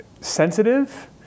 sensitive